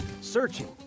searching